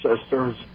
sisters